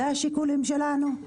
זה השיקולים שלנו?